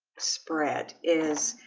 spread is